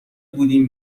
بودیم